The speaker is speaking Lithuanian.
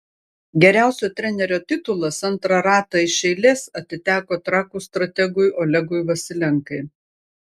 geriausio trenerio titulas antrą ratą iš eilės atiteko trakų strategui olegui vasilenkai